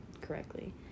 correctly